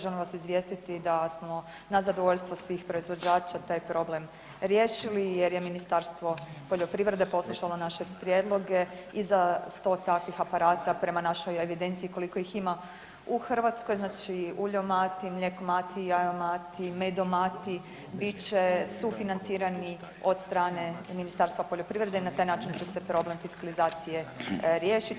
Želim vas izvijestiti da smo na zadovoljstvo svih proizvođača taj problem riješili jer je Ministarstvo poljoprivrede poslušalo naše prijedloge i za 100 takvih aparata prema našoj evidenciji koliko ih ima u Hrvatskoj, znači uljomati, mljekomati, jajomati, medomati, bit će sufinancirani od strane Ministarstva poljoprivrede i na taj način će se problem fiskalizacije riješiti.